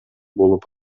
болуп